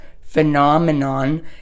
phenomenon